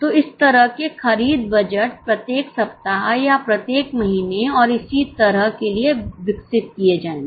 तो इस तरह के खरीद बजट प्रत्येक सप्ताह या प्रत्येक महीने और इसी तरह के लिए विकसित किए जाएंगे